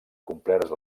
complerts